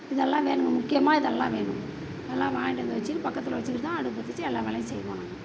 இதெல்லாம் வேணும்ங்க முக்கியமாக இதெல்லாம் வேணும் அதெல்லாம் வாங்கிட்டு வந்து வச்சுக்கிட்டு பக்கத்தில் வச்சுக்கிட்டு தான் அடுப்பு பற்ற வச்சு எல்லா வேலையும் செய்வோம்